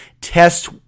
Test